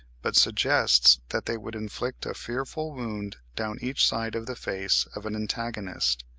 but suggests that they would inflict a fearful wound down each side of the face of an antagonist.